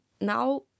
now